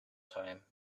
time